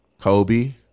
Kobe